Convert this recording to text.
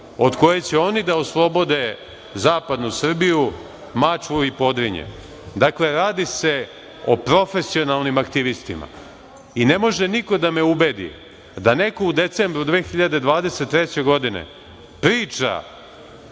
od koje će oni da oslobode zapadnu Srbiju, Mačvu i Podrinje. Dakle, radi se o profesionalnim aktivistima i ne može niko da me ubedi da neko u decembru 2023. godine priča